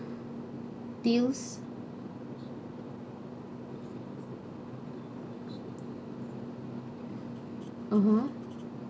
bills (uh huh)